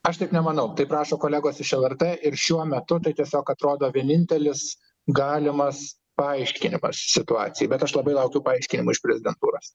aš taip nemanau taip rašo kolegos iš lrt ir šiuo metu tai tiesiog atrodo vienintelis galimas paaiškinimas situacijai bet aš labai laukiu paaiškinimo iš prezidentūros